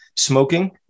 smoking